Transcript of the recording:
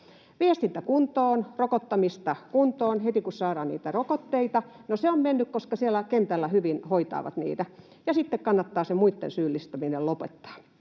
Viestintä kuntoon, rokottamista kuntoon heti, kun saadaan niitä rokotteita — no se on mennyt, koska siellä kentällä he hyvin hoitavat niitä — ja sitten kannattaa se muitten syyllistäminen lopettaa.